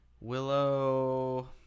Willow